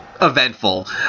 eventful